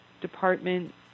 Department